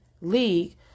League